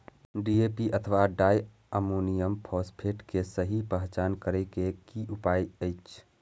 DAP अथवा diammonium phosphate के सहि पहचान करे के कि उपाय अछि?